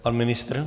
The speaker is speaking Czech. Pan ministr?